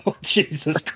Jesus